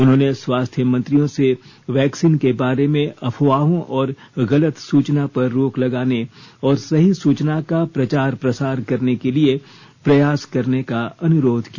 उन्होंने स्वास्थ्य मंत्रियों से वैक्सीन के बारे में अफवाहों और गलत सूचना पर रोक लगाने और सही सूचना का प्रचार प्रसार करने के लिए प्रयास करने का अनुरोध किया